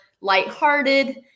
lighthearted